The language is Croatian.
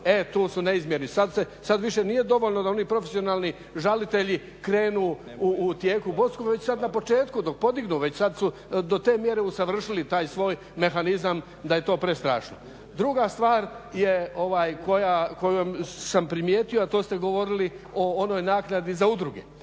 e tu su neizmjerni, sad više nije dovoljno da oni profesionalni žalitelji krenu u tijeku …/Govornik se ne razumije./… već sad na početku dok podignu, već sad su to mjere usavršili taj svoj mehanizam da je to prestrašno. Druga stvar je koju sam primijetio a to ste govorili o onoj naknadi za udruge,